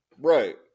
Right